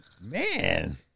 man